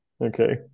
Okay